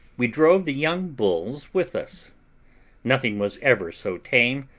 we drove the young bulls with us nothing was ever so tame,